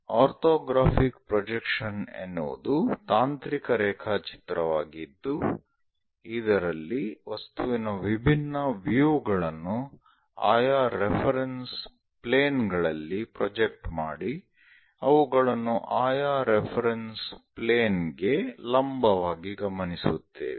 orthographic projection ಎನ್ನುವುದು ತಾಂತ್ರಿಕ ರೇಖಾಚಿತ್ರವಾಗಿದ್ದು ಇದರಲ್ಲಿ ವಸ್ತುವಿನ ವಿಭಿನ್ನ ವ್ಯೂ ಗಳನ್ನು ಆಯಾ ರೆಫರೆನ್ಸ್ ಪ್ಲೇನ್ ಗಳಲ್ಲಿ ಪ್ರೊಜೆಕ್ಟ್ ಮಾಡಿ ಅವುಗಳನ್ನು ಆಯಾ ರೆಫರೆನ್ಸ್ ಪ್ಲೇನ್ ಗೆ ಲಂಬವಾಗಿ ಗಮನಿಸುತ್ತೇವೆ